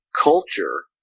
Culture